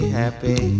happy